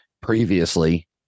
previously